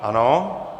Ano.